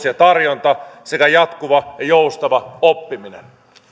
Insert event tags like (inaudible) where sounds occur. (unintelligible) ja tarjonta sekä jatkuva ja joustava oppiminen